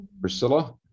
Priscilla